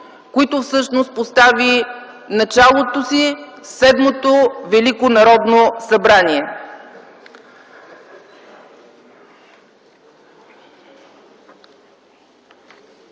които всъщност постави началото си Седмото Велико Народно събрание.